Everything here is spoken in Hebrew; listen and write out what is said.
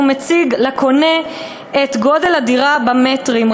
הוא מציג לקונה את גודל הדירה במטרים,